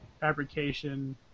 fabrication